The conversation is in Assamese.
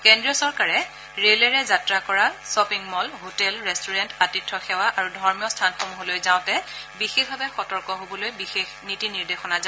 কেন্দ্ৰীয় চৰকাৰে ৰেলেৰে যাত্ৰা কৰা শ্বপিংমল হোটেল ৰেষ্টুৰেণ্ট আতিথ্য সেৱা আৰু ধৰ্মীয় স্থানসমূহলৈ যাওতে বিশেষভাৱে সতৰ্ক হবলৈ বিশেষ নীতি নিৰ্দেশনা জাৰি কৰিছে